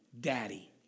Daddy